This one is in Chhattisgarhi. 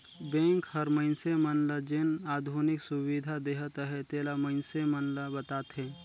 बेंक हर मइनसे मन ल जेन आधुनिक सुबिधा देहत अहे तेला मइनसे मन ल बताथे